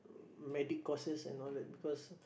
medic courses and all that because